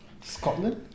Scotland